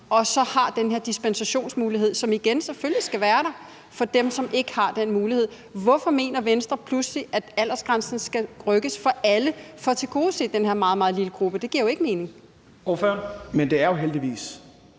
Og så har man den her dispensationsmulighed, som jeg igen vil sige selvfølgelig skal være der for dem, som ikke har den mulighed. Hvorfor mener Venstre pludselig, at aldersgrænsen skal rykkes for alle for at tilgodese den her meget, meget lille gruppe? Det giver jo ikke mening. Kl. 11:33 Første næstformand